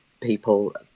people